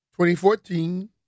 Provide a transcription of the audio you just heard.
2014